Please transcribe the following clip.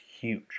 huge